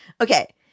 okay